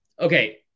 Okay